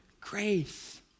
grace